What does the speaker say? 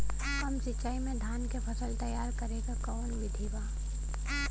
कम सिचाई में धान के फसल तैयार करे क कवन बिधि बा?